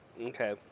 Okay